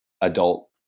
adult